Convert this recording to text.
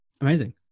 amazing